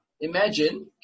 Imagine